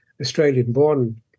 Australian-born